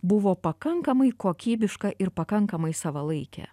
buvo pakankamai kokybiška ir pakankamai savalaikė